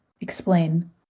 Explain